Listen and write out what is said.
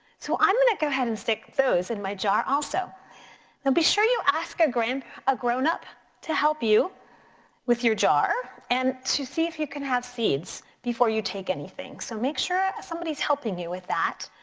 so i'm gonna go ahead and stick those in my jar also. now and be sure you ask a grownup ah grownup to help you with your jar and to see if you can have seeds before you take anything. so make sure somebody's helping you with that.